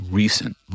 recent